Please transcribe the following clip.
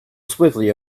swiftly